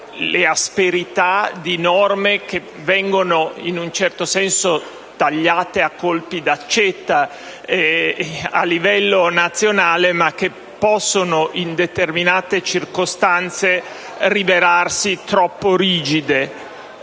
le asperita di norme che vengono, in un certo senso, tagliate a colpi d’accetta a livello nazionale ma che possono, in certe circostanze, rivelarsi troppo rigide.